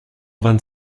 vingt